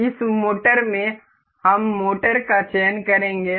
इस मोटर में हम मोटर का चयन करेंगे